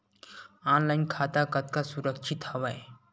Online खाता कतका सुरक्षित हवय?